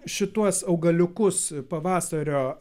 šituos augaliukus pavasario